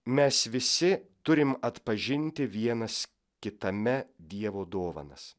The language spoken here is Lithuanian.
mes visi turim atpažinti vienas kitame dievo dovanas